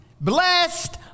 blessed